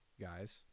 guys